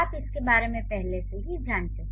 आप इसके बारे में पहले से ही जानते हैं